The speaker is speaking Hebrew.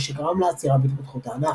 מה שגרם לעצירה בהתפתחות הענף.